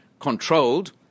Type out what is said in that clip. controlled